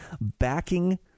backing